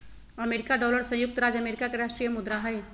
America dollar संयुक्त राज्य America के राष्ट्रीय मुद्रा हइ